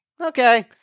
Okay